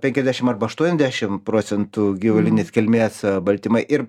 penkiasdešim arba aštuoniadešim procentų gyvulinės kilmės baltymai ir